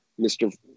Mr